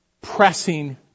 pressing